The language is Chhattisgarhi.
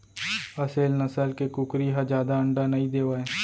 असेल नसल के कुकरी ह जादा अंडा नइ देवय